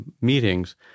meetings